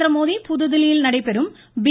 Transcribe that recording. நரேந்திரமோடி புதுதில்லியில் நடைபெறும் பி